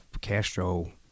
Castro